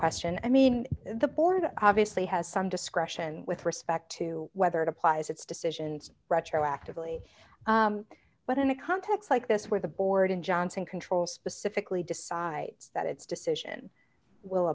question i mean the board obviously has some discretion with respect to whether it applies its decisions retroactively but in a context like this where the board and johnson controls specifically decides that it's decision will